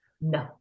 No